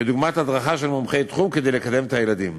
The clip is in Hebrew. כדוגמת הדרכה של מומחי תחום, כדי לקדם את הילדים.